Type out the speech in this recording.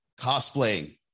Cosplaying